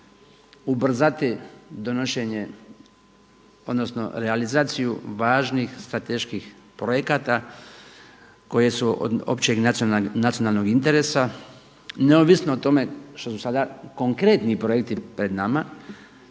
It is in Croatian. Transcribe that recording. ubrzati donošenje odnosno realizaciju važnih strateških projekata koje su od općeg i nacionalnog interesa neovisno o tome što su sada konkretni projekti pred nama